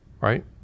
right